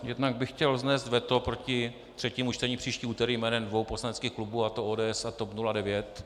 Jednak bych chtěl vznést veto proti třetímu čtení příští úterý jménem dvou poslaneckých klubů, a to ODS a TOP 09.